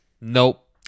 Nope